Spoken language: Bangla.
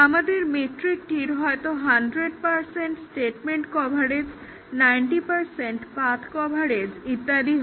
আমাদের মেট্রিকটির হয়তো 100 স্টেটমেন্ট কভারেজ 90 পাথ্ কভারেজ ইত্যাদি হয়